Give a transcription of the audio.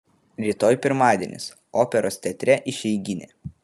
rytoj pirmadienis operos teatre išeiginė